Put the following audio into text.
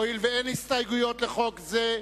הואיל ואין הסתייגויות לחוק זה,